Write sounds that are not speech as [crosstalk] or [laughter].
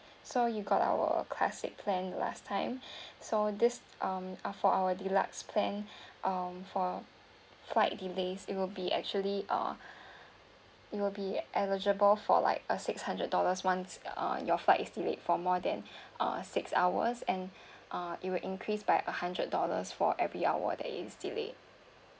so you got our classic plan last time [breath] so this um uh for our deluxe plan um for flight delays it will be actually uh it will be eligible for like a six hundred dollars once uh your flights is delayed for more than uh six hours and uh it will increase by a hundred dollars for every hour that is delayed